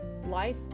Life